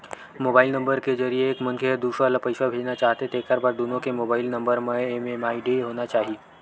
mobile number के जरिए एक मनखे ह दूसर ल पइसा भेजना चाहथे तेखर बर दुनो के मोबईल नंबर म एम.एम.आई.डी होना चाही